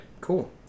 Cool